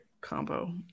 combo